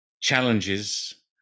challenges